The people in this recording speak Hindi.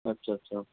अच्छा अच्छा